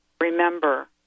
remember